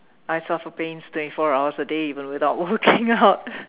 I suffer pains twenty four hours a day even without working out